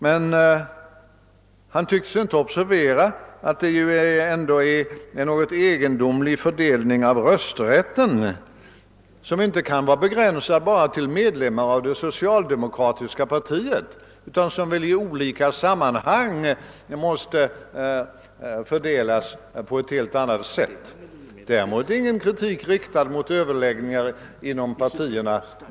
Han tycktes emellertid inte observera att detta skulle förutsätta en något egendomlig spridning av rösträtten, som inte kan vara begränsad enbart till medlemmar av det socialdemokratiska partiet utan måste fördelas på ett helt annat sätt. Med dessa ord har jag inte riktat någon kritik mot att sådana överläggningar bedrivs inom partierna.